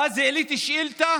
ואז העליתי שאילתה.